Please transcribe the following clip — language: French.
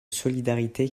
solidarité